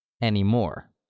Anymore